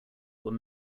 were